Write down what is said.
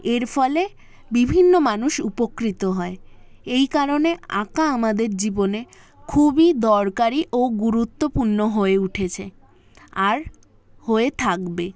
এর ফলে বিভিন্ন মানুষ উপকৃত হয় এই কারণে আঁকা আমাদের জীবনে খুবই দরকারি ও গুরুত্বপূর্ণ হয়ে উঠেছে আর হয়ে থাকবে